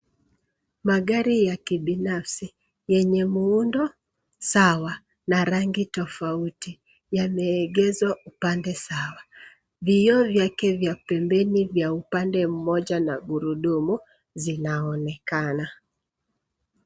Magari ya kibinafsi yenye muundo sawa na rangi tofauti yameegeshwa upande sawa. Vioo vyake vya pembeni vya upande mmoja na gurudumu zinaonekana.